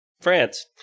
France